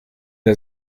der